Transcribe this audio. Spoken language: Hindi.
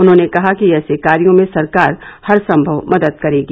उन्होंने कहा कि ऐसे कार्यो में सरकार हर संभव मदद करेगी